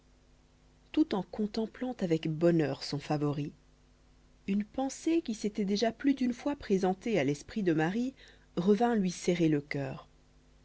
tout en contemplant avec bonheur son favori une pensée qui s'était déjà plus d'une fois présentée à l'esprit de marie revint lui serrer le cœur